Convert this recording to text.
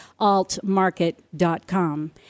AltMarket.com